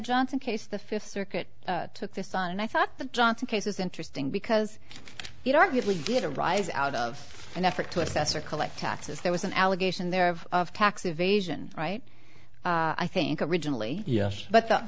johnson case the fifth circuit took this on and i thought the johnson case was interesting because you don't usually get a rise out of an effort to assess or collect taxes there was an allegation there of tax evasion right i think originally yes but the